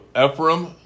Ephraim